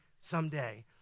someday